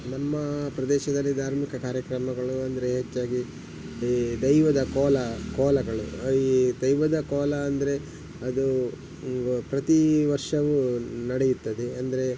ನಮ್ಮ ಪ್ರದೇಶದಲ್ಲಿ ಧಾರ್ಮಿಕ ಕಾರ್ಯಕ್ರಮಗಳು ಅಂದರೆ ಹೆಚ್ಚಾಗಿ ಈ ದೈವದ ಕೋಲ ಕೋಲಗಳು ಈ ದೈವದ ಕೋಲ ಅಂದರೆ ಅದು ಇವ ಪ್ರತಿ ವರ್ಷವೂ ನಡೆಯುತ್ತದೆ ಅಂದರೆ